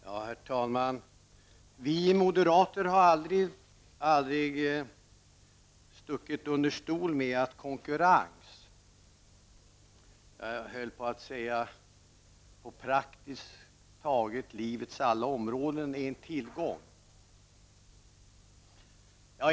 Herr talman! Vi moderater har aldrig stuckit under stol med att konkurrens -- jag höll på att säga på praktiskt taget livets alla områden -- är en tillgång.